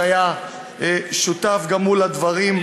שהיה שותף גם הוא לדברים.